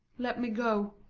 let me go.